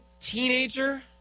teenager